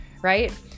Right